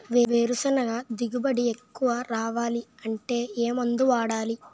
వేరుసెనగ దిగుబడి ఎక్కువ రావాలి అంటే ఏ మందు వాడాలి?